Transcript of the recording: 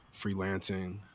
freelancing